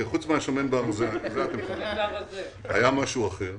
חוץ מהשמן והרזה היה משהו אחר.